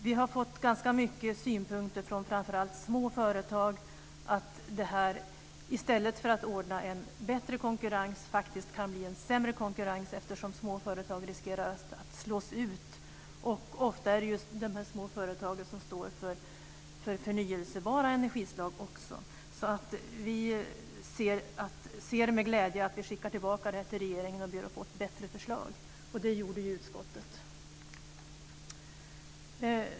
Vi har fått ganska många synpunkter från framför allt små företag om att detta i stället för att ge en bättre konkurrens faktiskt kan ge en sämre konkurrens, eftersom små företag riskerar att slås ut. Ofta är det de små företagen som står för förnybara energislag också. Vi ser med glädje att vi skickar tillbaka detta till regeringen och ber att få ett bättre förslag, och det gjorde ju utskottet.